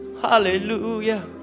Hallelujah